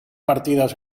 partidas